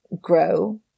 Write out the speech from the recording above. grow